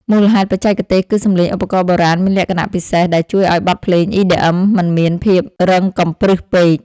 មូលហេតុបច្ចេកទេសគឺសំឡេងឧបករណ៍បុរាណមានលក្ខណៈពិសេស ដែលជួយឱ្យបទភ្លេង EDM មិនមានភាពរឹងកំព្រឹសពេក។